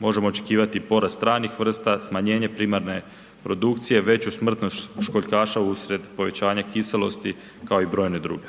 možemo očekivati porast stranih vrsta, smanjenje primarne produkcije, veću smrtnost školjkaša uslijed povećanja kiselosti, kao i brojne druge.